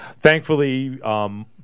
Thankfully